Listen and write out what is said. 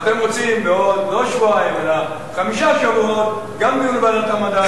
אתם רוצים בעוד לא שבועיים אלא חמישה שבועות גם דיון בוועדת המדע?